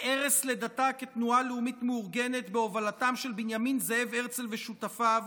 מערש לידתה כתנועה לאומית מאורגנת בהובלתם של בנימין זאב הרצל ושותפיו,